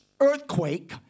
Earthquake